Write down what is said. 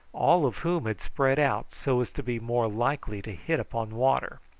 all of whom had spread out so as to be more likely to hit upon water.